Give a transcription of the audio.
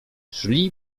szli